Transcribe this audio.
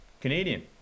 Canadian